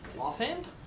Offhand